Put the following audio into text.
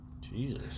Jesus